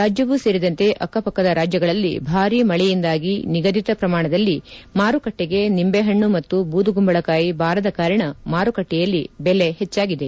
ರಾಜ್ಯವು ಸೇರಿದಂತೆ ಅಕ್ಷಪಕ್ಕದ ರಾಜ್ಯಗಳಲ್ಲಿ ಭಾರಿ ಮಳೆಯಿಂದಾಗಿ ನಿಗಧಿತ ಪ್ರಮಾಣದಲ್ಲಿ ಮಾರುಕಟ್ಟಿಗೆ ನಿಂಬೆ ಹಣ್ಣು ಮತ್ತು ಬೂದಕುಂಬಳಕಾಯಿ ಬರದ ಕಾರಣ ಮಾರುಕಟ್ಟೆಯಲ್ಲಿ ಬೆಲೆ ಹೆಚ್ಚಾಗಿದೆ